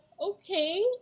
okay